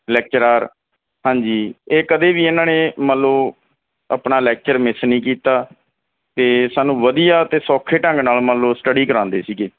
lecturer ਹਾਂਜੀ ਇਹ ਕਦੇ ਵੀ ਇਹਨਾਂ ਨੇ ਮੰਨ ਲਓ ਆਪਣਾ ਲੈਕਚਰ ਮਿਸ ਨਹੀਂ ਕੀਤਾ ਅਤੇ ਸਾਨੂੰ ਵਧੀਆ ਅਤੇ ਸੌਖੇ ਢੰਗ ਨਾਲ ਮੰਨ ਲਓ ਸਟਡੀ ਕਰਵਾਉਂਦੇ ਸੀਗੇ